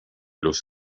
los